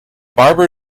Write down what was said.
barbara